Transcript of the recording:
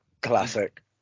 Classic